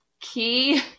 key